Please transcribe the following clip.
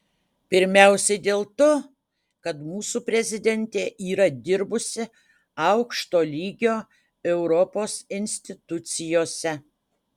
pirmiausiai dėl to kad mūsų prezidentė yra dirbusi aukšto lygio europos institucijose